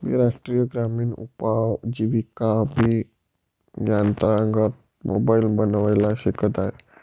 मी राष्ट्रीय ग्रामीण उपजीविका अभियानांतर्गत मोबाईल बनवायला शिकत आहे